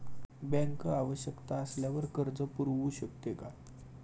Bank आवश्यकता असल्यावर कर्ज पुरवू शकते का?